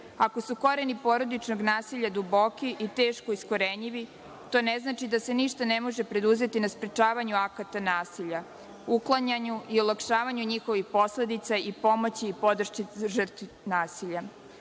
su koreni porodičnog nasilja duboki i teško iskorenjivi, to ne znači dase ništa ne može preduzeti na sprečavanju akata nasilja, uklanjanju i olakšavanju njihovih posledica i pomoći i podršci žrtvi nasilja.